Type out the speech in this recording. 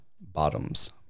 bottoms